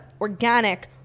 organic